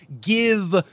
give